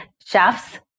chefs